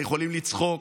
אתם יכולים לצחוק,